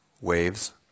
waves